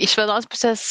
iš vienos pusės